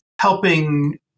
helping